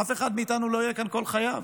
אף אחד מאיתנו לא יהיה כאן כל חייו.